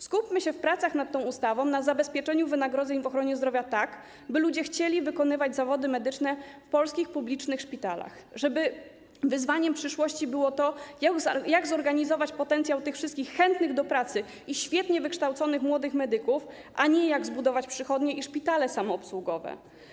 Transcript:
Skupmy się w pracach nad tą ustawą na zabezpieczeniu wynagrodzeń w ochronie zdrowia tak, by ludzie chcieli wykonywać zawody medyczne w polskich publicznych szpitalach, żeby wyzwaniem przyszłości było to, jak zorganizować potencjał tych wszystkich chętnych do pracy i świetnie wykształconych młodych medyków, a nie jak zbudować przychodnie i szpitale samoobsługowe.